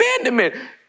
abandonment